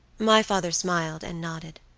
my father smiled and nodded.